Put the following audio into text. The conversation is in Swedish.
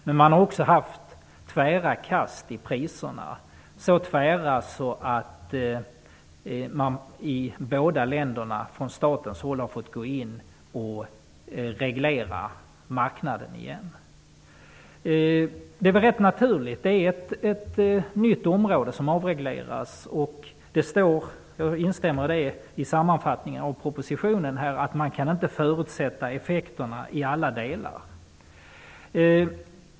Men det har också varit tvära kast i priserna, så tvära att staten har fått gå in och reglera marknaden igen i båda länderna. Det är rätt naturligt, då det är ett nytt område som har avreglerats. Det står också i sammanfattningen av propositionen, vilket jag instämmer i, att effekterna inte kan förutsägas i alla delar.